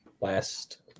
last